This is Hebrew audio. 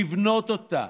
לבנות אותה